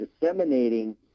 disseminating